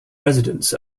residents